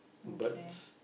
but s~